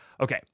Okay